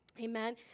Amen